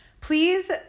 please